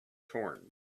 torn